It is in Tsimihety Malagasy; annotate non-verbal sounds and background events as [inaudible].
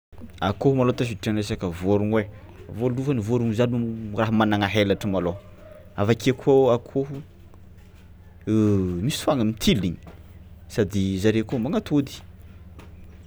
Akôho malôha tafiditra am'resaka vôrogno ai, voalohany vôrogno zany m- raha managna helatra malôha avy akeo koa akôho [hesitation] misy foagna mitily sady zare koa magnatôdy.